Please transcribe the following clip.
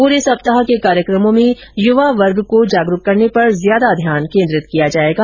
पूरे सप्ताह के कार्यक्रमो में युवा वर्ग को जागरूक करने पर ज्यादा ध्यान केन्द्रित किया जाएगा